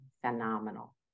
phenomenal